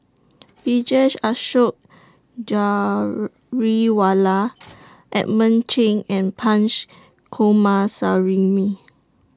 Vijesh Ashok Ghariwala Edmund Cheng and Punch Coomaraswamy